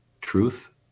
truth